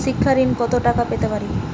শিক্ষা ঋণ কত টাকা পেতে পারি?